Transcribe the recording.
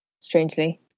strangely